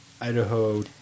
Idaho